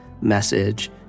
message